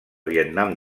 vietnam